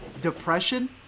depression